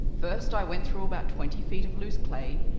first i went through about twenty feet of loose clay,